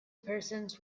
persons